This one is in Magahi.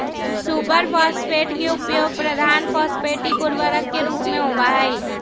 सुपर फॉस्फेट के उपयोग प्रधान फॉस्फेटिक उर्वरक के रूप में होबा हई